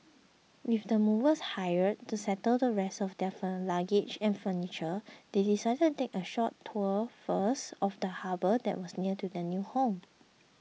with the movers hired to settle the rest of their fur luggage and furniture they decided to take a short tour first of the harbour that was near to their new home